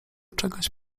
czegoś